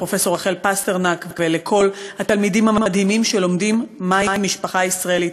לפרופסור רחל פסטרנק ולכל התלמידים המדהימים שלומדים מהי משפחה ישראלית.